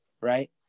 Right